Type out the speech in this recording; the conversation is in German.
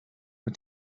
mit